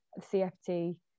cft